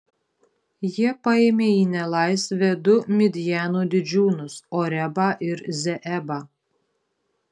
jie paėmė į nelaisvę du midjano didžiūnus orebą ir zeebą